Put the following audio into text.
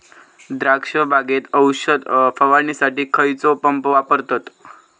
द्राक्ष बागेत औषध फवारणीसाठी खैयचो पंप वापरतत?